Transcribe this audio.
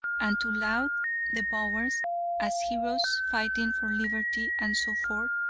and to laud the boers as heroes fighting for liberty and so forth,